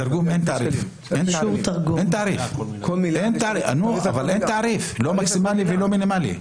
בתרגום אין תעריף, לא מקסימלי ולא מינימלי.